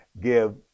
give